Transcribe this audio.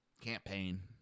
campaign